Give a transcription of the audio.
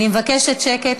אני מבקשת שקט.